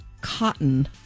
cotton